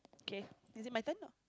kay is it my turn